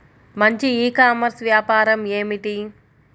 మంచి e commerce వ్యాపారం ఏమిటీ?